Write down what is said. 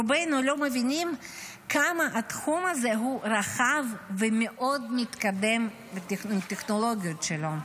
רובנו לא מבינים כמה התחום הזה הוא רחב ומאוד מתקדם בטכנולוגיות שלו.